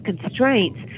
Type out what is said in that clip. constraints